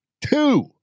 two